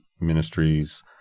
ministries